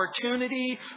opportunity